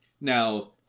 Now